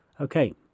okay